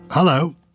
Hello